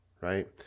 right